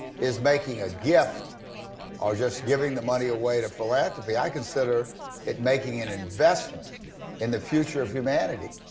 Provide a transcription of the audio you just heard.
is making a gift or just giving the money away to philanthropy, i consider it making an investment in the future of humanity.